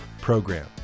Program